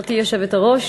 גברתי היושבת-ראש,